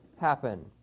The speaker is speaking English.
happen